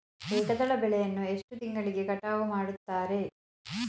ಏಕದಳ ಬೆಳೆಯನ್ನು ಎಷ್ಟು ತಿಂಗಳಿಗೆ ಕಟಾವು ಮಾಡುತ್ತಾರೆ?